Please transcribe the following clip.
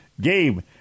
Game